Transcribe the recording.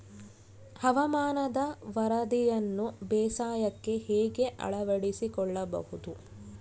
ಹವಾಮಾನದ ವರದಿಯನ್ನು ಬೇಸಾಯಕ್ಕೆ ಹೇಗೆ ಅಳವಡಿಸಿಕೊಳ್ಳಬಹುದು?